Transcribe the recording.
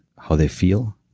how they feel,